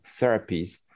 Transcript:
therapies